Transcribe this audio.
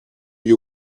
you